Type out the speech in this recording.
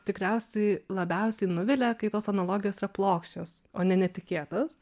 tikriausiai labiausiai nuvilia kai tos analogijos yra plokščios o ne netikėtos